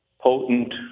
potent